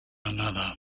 another